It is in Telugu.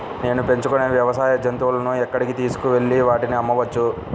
నేను పెంచుకొనే వ్యవసాయ జంతువులను ఎక్కడికి తీసుకొనివెళ్ళి వాటిని అమ్మవచ్చు?